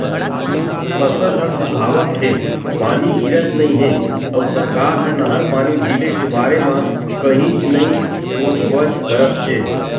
फसल ह सुखावत हे, पानी गिरत नइ हे अउ सरकार ह नहर पानी ढिले के बारे म कहीच नइ सोचबच करत हे